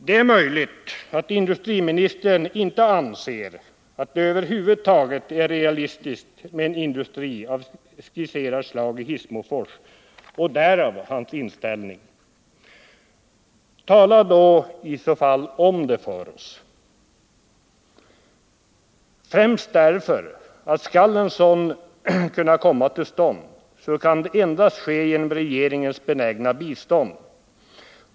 Det är möjligt att industriministern inte anser att det över huvud taget är realistiskt med en industri av skisserat slag i Hissmofors och därav hans inställning. Tala i så fall om det för oss! Främst därför, att skall en sådan Nr 55 industri kunna komma till stånd, kan det endast ske genom regeringens Måndagen den benägna bistånd.